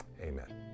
Amen